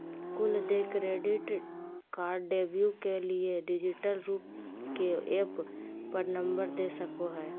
कुल देय क्रेडिट कार्डव्यू के लिए डिजिटल रूप के ऐप पर नंबर दे सको हइ